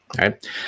right